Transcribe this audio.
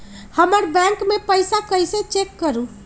हमर बैंक में पईसा कईसे चेक करु?